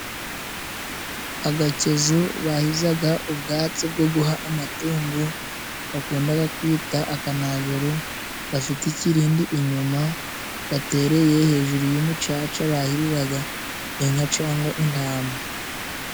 Agakezo bahizaga ubwatsi bwo guha amatungo bakundaga kwita akanajoro. Gafite ikirindi inyuma, gatereye hejuru y'umucaca bahiriraga inka cangwa intama.